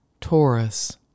Taurus